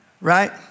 right